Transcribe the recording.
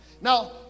now